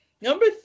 number